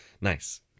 Nice